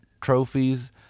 trophies